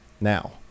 Now